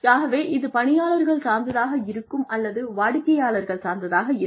ஆகவே இது பணியாளர்கள் சார்ந்ததாக இருக்கும் அல்லது வாடிக்கையாளர் சார்ந்ததாக இருக்கும்